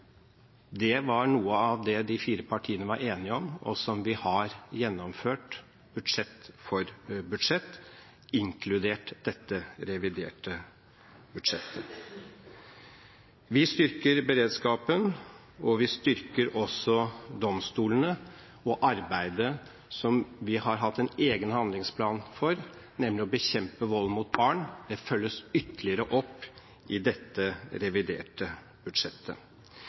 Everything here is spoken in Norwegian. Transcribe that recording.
Det var noe av det de fire partiene var enige om, og som vi har gjennomført budsjett for budsjett, inkludert dette reviderte budsjettet. Vi styrker beredskapen. Vi styrker også domstolene og arbeidet som vi har hatt en egen handlingsplan for, nemlig å bekjempe vold mot barn. Det følges ytterligere opp i dette reviderte budsjettet.